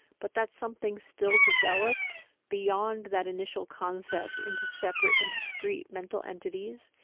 but that's something still developed beyond that initial concept into separate and discrete mental entities,